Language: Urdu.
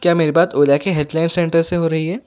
کیا میری بات اولا کے ہیڈ لائن سینٹر سے ہو رہی ہے